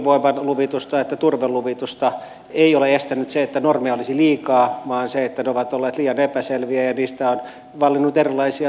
ei tuulivoiman luvitusta eikä turveluvitusta ole estänyt se että normeja olisi liikaa vaan se että ne ovat olleet liian epäselviä ja niistä on vallinnut erilaisia tulkintakäytäntöjä